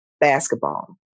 basketball